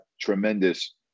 tremendous